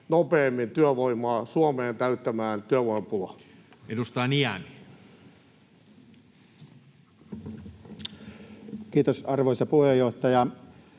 nopeammin työvoimaa Suomeen täyttämään työvoimapulaa? Edustaja Niemi. Kiitos, arvoisa puheenjohtaja!